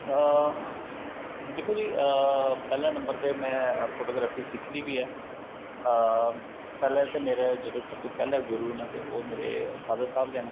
अ दिक्खो जी पैह्ले नंबर में फोटोग्राफी सिक्खी दी बी ऐ ते पैह्ले मेरे जेह्ड़े गुरू न ओह् मेरे फॉदर साह्ब न